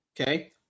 okay